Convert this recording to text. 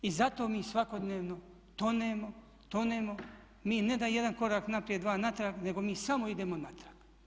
I zato mi svakodnevno tonemo, tonemo, mi ne da jedan korak naprijed, dva natrag nego mi samo idemo natrag.